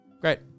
Great